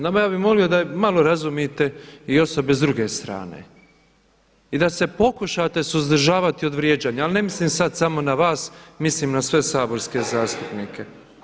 No, ja bih molio da malo razumite i osobe s druge strane i da se pokušate suzdržavati od vrijeđanja, ali ne mislim sad samo na vas, mislim na sve saborske zastupnike.